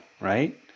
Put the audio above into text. right